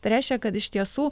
tai reiškia kad iš tiesų